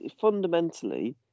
fundamentally